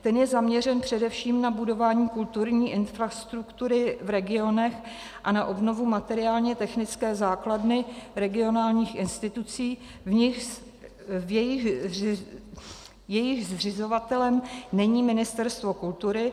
Ten je zaměřen především na budování kulturní infrastruktury v regionech a na obnovu materiálně technické základny regionálních institucí, jejichž zřizovatelem není Ministerstvo kultury.